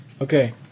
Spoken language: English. Okay